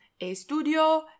estudio